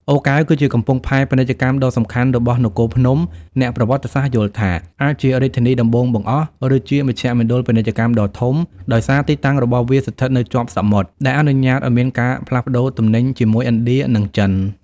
អូរកែវ គឺជាកំពង់ផែពាណិជ្ជកម្ម ដ៏សំខាន់របស់នគរភ្នំ អ្នកប្រវត្តិសាស្ត្រយល់ថា អាចជារាជធានីដំបូងបង្អស់ ឬជាមជ្ឈមណ្ឌលពាណិជ្ជកម្មដ៏ធំ ដោយសារទីតាំងរបស់វាស្ថិតនៅជាប់សមុទ្រ ដែលអនុញ្ញាតឱ្យមានការផ្លាស់ប្តូរទំនិញជាមួយឥណ្ឌា និងចិន។